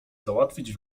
załatwić